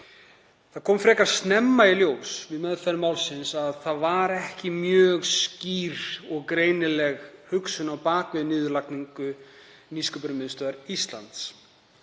Það kom frekar snemma í ljós við meðferð málsins að það var ekki mjög skýr og greinileg hugsun á bak við niðurlagningu Nýsköpunarmiðstöðvar Íslands.